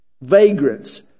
Vagrants